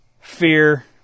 fear